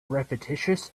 repetitious